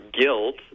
guilt